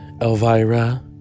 Elvira